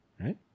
Right